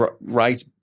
right